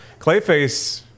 Clayface